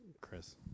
Chris